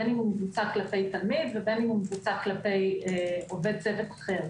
בין אם הוא מבוצע כלפי תלמיד ובין אם מבוצע כלפי עובד צוות אחר.